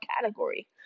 category